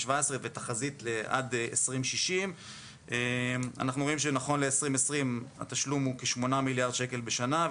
ותחזית לעד 2060. נכון ל-2020 התשלום הוא כ-8 מיליארד שקל בשנה,